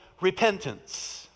repentance